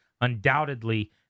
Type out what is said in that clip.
Undoubtedly